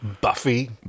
Buffy